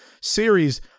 series